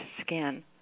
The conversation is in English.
skin